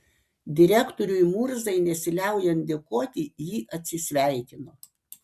direktoriui murzai nesiliaujant dėkoti ji atsisveikino